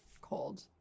cold